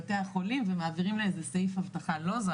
במקומות שבהם יש צורך באבטחה נוספת.